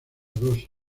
dos